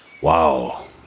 wow